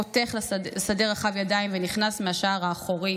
חותך לשדה רחב ידיים ונכנס מהשער האחורי.